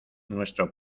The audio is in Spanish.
nuestro